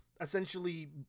essentially